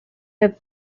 have